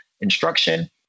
instruction